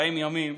40 ימים,